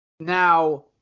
Now